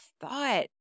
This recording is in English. thought